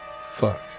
fuck